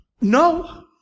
no